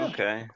Okay